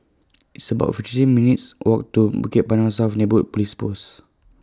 It's about fifty three minutes' Walk to Bukit Panjang South Neighbourhood Police Post